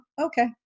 okay